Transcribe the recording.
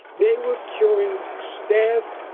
they were curing staph